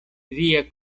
via